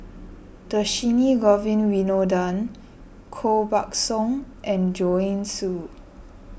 Dhershini Govin Winodan Koh Buck Song and Joanne Soo